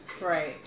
right